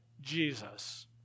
Jesus